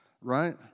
right